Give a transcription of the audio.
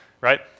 right